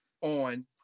on